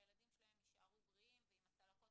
שהילדים שלהם יישארו בריאים ועם הצלקות